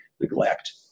neglect